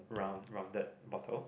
round rounded bottle